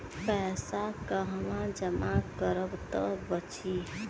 पैसा कहवा जमा करब त बची?